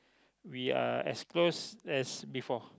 we are as close as before